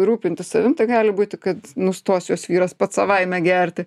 rūpintis savim tai gali būti kad nustos jos vyras pats savaime gerti